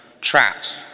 Trapped